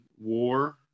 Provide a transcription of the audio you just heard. war